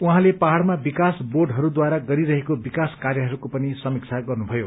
उहाँले पहाड़मा विकास बोर्डहरूढारा गरिरहेको विकास कार्यहरूको पनि समीक्षा गर्नुभयो